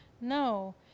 No